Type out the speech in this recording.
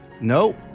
no